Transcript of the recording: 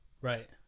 right